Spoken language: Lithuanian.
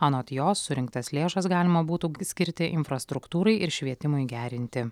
anot jos surinktas lėšas galima būtų skirti infrastruktūrai ir švietimui gerinti